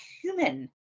human